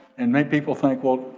and make people think well,